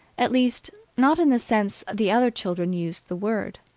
at least, not in the sense the other children used the word.